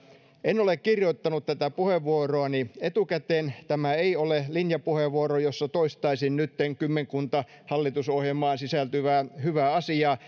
en ole kirjoittanut tätä puheenvuoroani etukäteen tämä ei ole linjapuheenvuoro jossa toistaisin nytten kymmenkunta hallitusohjelmaan sisältyvää hyvää asiaa